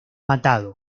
matado